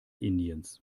indiens